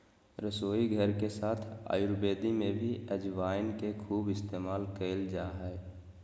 रसोईघर के साथ आयुर्वेद में भी अजवाइन के खूब इस्तेमाल कइल जा हइ